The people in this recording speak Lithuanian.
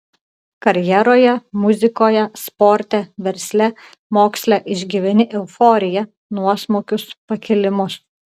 karjeroje muzikoje sporte versle moksle išgyveni euforiją nuosmukius pakilimus